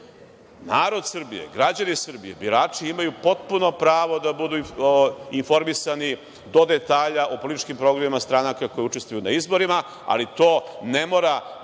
Narod Srbije, građani Srbije, birači imaju potpuno pravo da budu informisani do detalja o političkim programima stranaka koje učestvuju na izborima, ali to ne mora